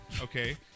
Okay